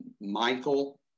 Michael